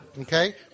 Okay